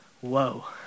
Whoa